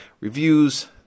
reviews